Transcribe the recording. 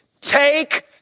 Take